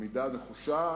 עמידה נחושה